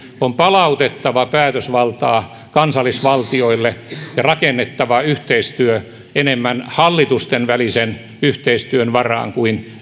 on palautettava päätösvaltaa kansallisvaltioille ja rakennettava yhteistyö enemmän hallitustenvälisen yhteistyön kuin